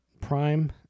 Prime